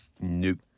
Nope